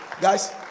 Guys